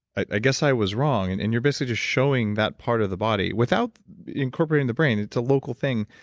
i guess i was wrong. and and you're basically just showing that part of the body, without incorporating the brain, it's a local thing,